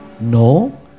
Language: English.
No